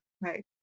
right